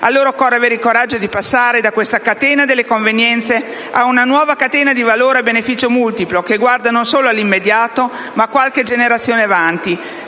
Occorre allora avere il coraggio di passare da questa catena delle convenienze ad a una nuova catena di valori a beneficio multiplo, che guardi non solo all'immediato, ma a qualche generazione in avanti;